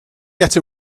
get